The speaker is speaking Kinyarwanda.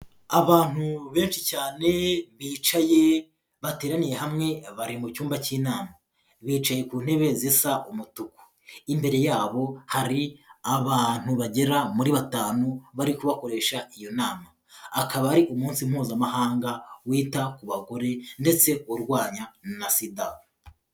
Abantu benshi cyane bicaye bateraniye hamwe bari mu cyumba cy'inama, bicaye ku ntebe zisa umutuku, imbere yabo hari abantu bagera muri batanu bari kubakoresha iyo nama, akaba ari umunsi mpuzamahanga wita ku bagore ndetse urwanya na Sida.